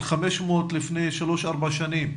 של 500 לפני שלוש-ארבע שנים,